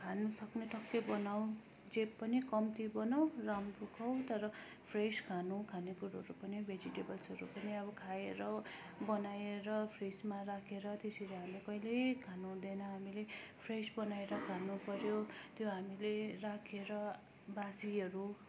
खान सक्ने टक्कै बनाउँ जे पनि कम्ती बनाउँ राम्रो खाउँ तर फ्रेस खानु खाने कुरोहरू पनि भेजिटेबल्सहरू पनि अब खाएर बनाएर फ्रिजमा राखेर त्यसरी हामी कहिले खानुहुँदैन हामीले फ्रेस बनाएर खानुपर्यो त्यो हामीले राखेर बासीहरू